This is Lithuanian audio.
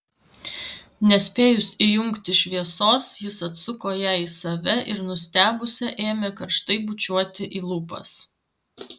nespėjus įjungti šviesos jis atsuko ją į save ir nustebusią ėmė karštai bučiuoti į lūpas